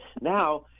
Now